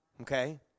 Okay